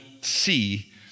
see